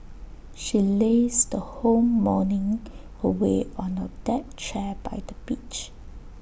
she lazed her whole morning away on A deck chair by the beach